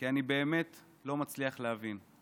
כי אני באמת לא מצליח להבין,